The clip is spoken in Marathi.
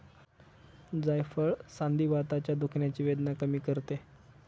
जायफळ संधिवाताच्या दुखण्याची वेदना कमी करते